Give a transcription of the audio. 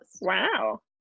wow